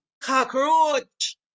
cockroach